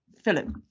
Philip